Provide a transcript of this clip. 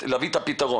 נציג ציבור,